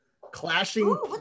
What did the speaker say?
clashing